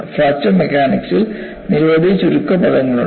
fracture മെക്കാനിക്സിൽ നിരവധി ചുരുക്ക പദങ്ങളുണ്ട്